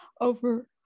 over